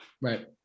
Right